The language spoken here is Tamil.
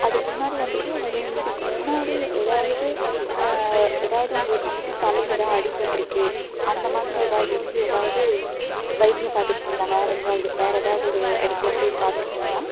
அதுக்கு முன்னாடி வந்துட்டு நீங்கள் இதுக்கு முன்னாடி எதாவது எதாவது உங்களுக்கு வந்துட்டு தலையில் எதாவது அடிபட்டிருக்கு அந்த மாதிரி எதாவது இருந்து எதாவது வைத்தியம் பார்த்துருக்கீங்ளா வேறு எங்கேயாது வேறு எதாவது ஒரு இடத்துல போய் பார்த்துருக்கீங்களா